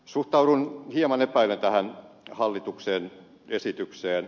suhtaudun hieman epäillen tähän hallituksen esitykseen